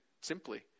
simply